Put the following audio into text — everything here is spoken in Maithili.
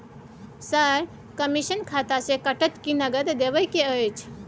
सर, कमिसन खाता से कटत कि नगद देबै के अएछ?